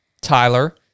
tyler